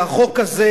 והחוק הזה,